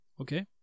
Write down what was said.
okay